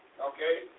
okay